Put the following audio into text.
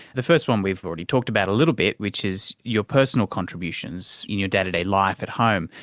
the first one we've already talked about a little bit which is your personal contributions in your day-to-day life at home.